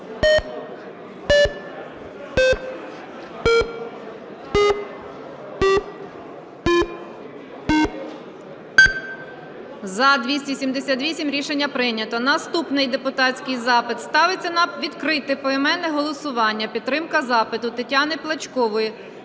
За-278 Рішення прийнято. Наступний депутатський запит. Ставиться на відкрите поіменне голосування підтримка запиту Тетяни Плачкової